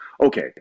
okay